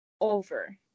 over